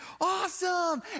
Awesome